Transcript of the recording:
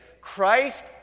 Christ